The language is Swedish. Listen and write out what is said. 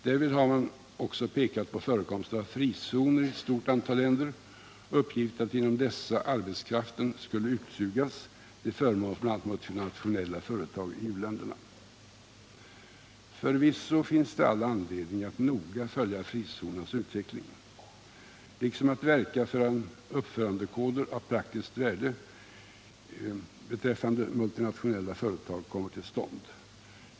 Därvid har man också pekat på förekomsten av frizoner i ett stort antal länder och uppgivit att inom dessa arbetskraften skulle utsugas till förmån för bl.a. multinationella företag i i-länderna. Förvisso finns det all anledning att noga följa frizonernas utveckling, liksom att verka för att uppförandekoder av praktiskt värde beträffande multinationella företag kommer till stånd.